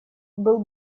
был